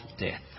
death